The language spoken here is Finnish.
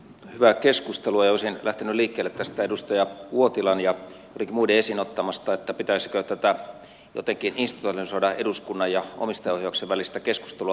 hyvää keskustelua ja olisin lähtenyt liikkeelle tästä edustaja uotilan ja joidenkin muiden esiin ottamasta asiasta pitäisikö jotenkin institutionalisoida eduskunnan ja omistajaohjauksen välistä keskustelua paremmin